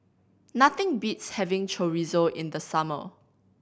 nothing beats having Chorizo in the summer